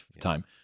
time